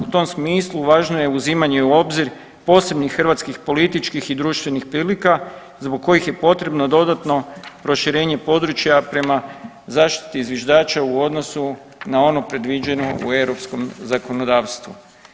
U tom smislu važno je uzimanje u obzir posebnih hrvatskih političkih i društvenih prilika zbog kojih je potrebno dodatno proširenje područja prema zaštiti zviždača u odnosu na ono predviđeno u europskom zakonodavstvu.